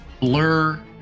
Blur